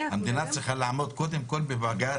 אנחנו מדברים --- המדינה צריכה לעמוד קודם כל בבג"צ,